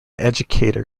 educator